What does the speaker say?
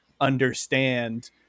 understand